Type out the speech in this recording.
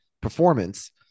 performance